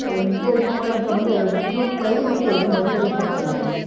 egg item ಅಲ್ಲಿ ಅಂತ ಬಂದರೆ ಎಗ್ ಫ್ರೈ ಮತ್ತು ಎಗ್ ಮಂಚೂರಿ ಚೆನ್ನಾಗಿದೆ ನೋಡಿ